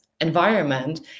environment